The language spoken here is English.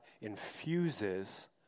infuses